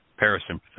parasympathetic